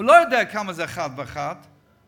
הוא לא יודע כמה זה אחד ועוד אחד,